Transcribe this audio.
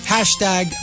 Hashtag